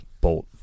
bolt